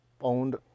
owned